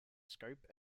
scope